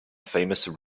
famous